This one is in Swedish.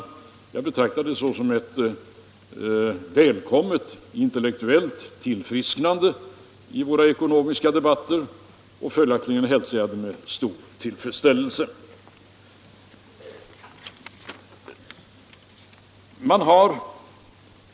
Jag betraktar det såsom ett välkommet intellektuellt tillfrisknande i våra ekonomiska debatter. Följaktligen hälsar jag det med stor tillfredsställelse.